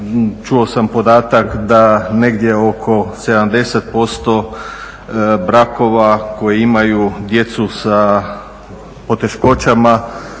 čuo sam podatak da negdje oko 70% brakova koji imaju djecu sa poteškoćama